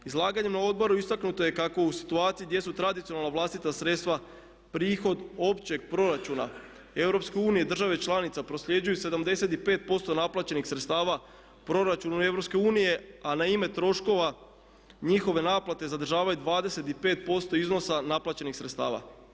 Izlaganjem na odboru istaknuto je kako u situaciji gdje su tradicionalna vlastita sredstva prihod općeg proizvoda Europske unije, države članica prosljeđuju 75% naplaćenih sredstava proračunu EU a na ime troškova njihove naplate zadržavaju 25% iznosa naplaćenih sredstava.